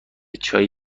چایی